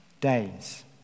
days